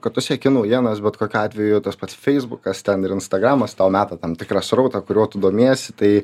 kad tu seki naujienas bet kokiu atveju tas pats feisbukas ten ir instagramas tau meta tam tikrą srautą kuriuo tu domiesi tai